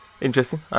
Interesting